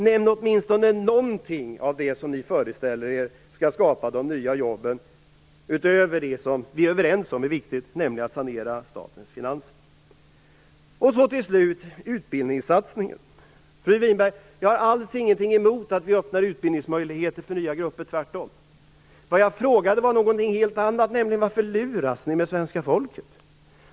Nämn åtminstone någonting av det som regeringen föreställer sig skall skapa de nya jobben utöver det som vi är överens om är viktigt, nämligen att sanera statens finanser. Till slut skall jag tala om utbildningssatsningen. Jag har alls ingenting emot att vi öppnar utbildningsmöjligheter för nya grupper, fru Winberg - tvärtom. Vad jag frågade var någonting helt annat, nämligen varför ni luras med svenska folket.